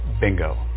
bingo